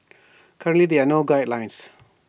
currently there are no guidelines